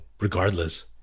regardless